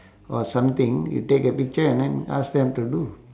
or something you take a picture and then ask them to do